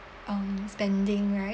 um spending right